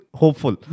hopeful